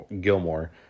Gilmore